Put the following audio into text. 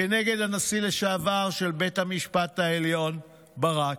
כנגד הנשיא לשעבר של בית המשפט העליון ברק.